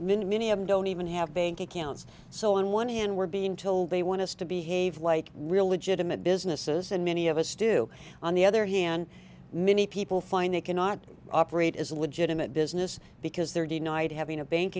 many many of them don't even have bank accounts so on one hand we're being told they want us to behave like real legitimate businesses and many of us do on the other hand many people find they cannot operate as a legitimate business because they're denied having a bank